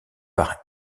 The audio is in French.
par